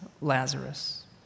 Lazarus